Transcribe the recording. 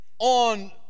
on